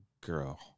girl